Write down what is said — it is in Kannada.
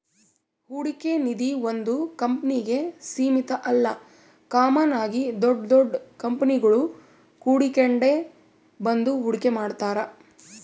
ಹೂಡಿಕೆ ನಿಧೀ ಒಂದು ಕಂಪ್ನಿಗೆ ಸೀಮಿತ ಅಲ್ಲ ಕಾಮನ್ ಆಗಿ ದೊಡ್ ದೊಡ್ ಕಂಪನಿಗುಳು ಕೂಡಿಕೆಂಡ್ ಬಂದು ಹೂಡಿಕೆ ಮಾಡ್ತಾರ